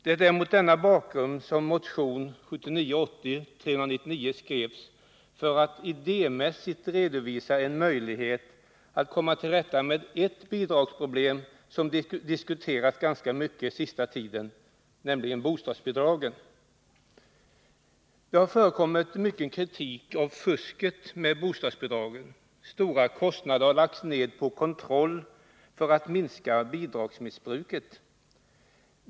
Det är mot denna bakgrund som motion 1979/80:399 skrevs, för att idémässigt redovisa en möjlighet att komma till rätta med ett bidragsproblem som diskuterats ganska mycket de sista åren — bostadsbidragen. Det har förekommit mycken kritik av fusket med bostadsbidragen. Stora kostnader har lagts ned på kontroll för att minska bidragsmissbruket.